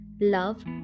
Love